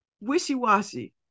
wishy-washy